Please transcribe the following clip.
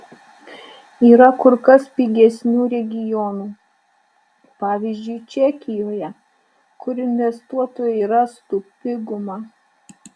yra kur kas pigesnių regionų pavyzdžiui čekijoje kur investuotojai rastų pigumą